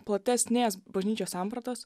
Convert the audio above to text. platesnės bažnyčios sampratos